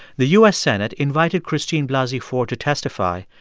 the u s. senate invited christine blasey ford to testify,